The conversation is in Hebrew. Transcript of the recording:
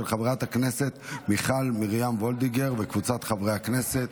של חברת הכנסת מיכל מרים וולדיגר וקבוצת חברי הכנסת.